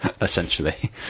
essentially